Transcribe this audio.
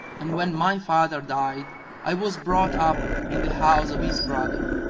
and when my father died i was brought up in the house of his brother,